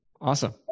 Awesome